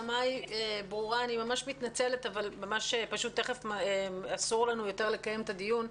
ואני ממש מתנצלת אבל תכף אנחנו חייבות לסיים את הדיון.